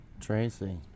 Tracy